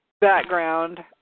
background